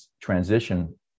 transition